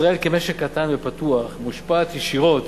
ישראל, כמשק קטן ופתוח, מושפעת ישירות